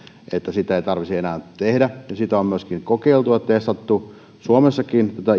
sitä ei tarvitsisi enää tehdä tätä immunokastrointia on kokeiltu ja testattu suomessakin